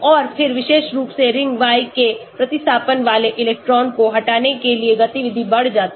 और फिर विशेष रूप से रिंग Y के प्रतिस्थापन वाले इलेक्ट्रॉन को हटाने के लिए गतिविधि बढ़ जाती है